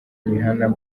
rihanna